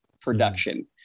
production